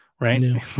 Right